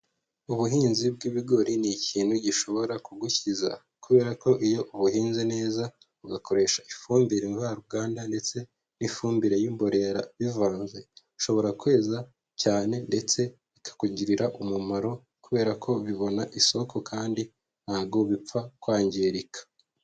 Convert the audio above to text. Ubuhinzi bw'ibigori ni ikintu gishobora kugukiza, kubera ko iyo uhinze neza ugakoresha ifumbire mvaruganda ndetse n'ifumbire y'imborera bivanze, ushobora kweza cyane ndetse bikakugirira umumaro kubera ko bibona isoko kandi ntago bipfa kwangirika.